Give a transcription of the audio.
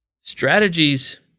Strategies